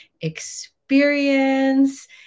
experience